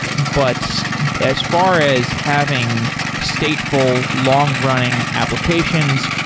but as far as having statefull, long-running applications,